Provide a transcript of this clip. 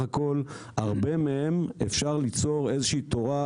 הכול לגבי רבות מהן אפשר ליצור איזו תורה,